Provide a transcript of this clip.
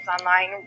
online